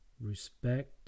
respect